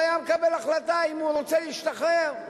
אם הוא היה מקבל החלטה שהוא רוצה להשתחרר,